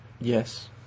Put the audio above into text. yes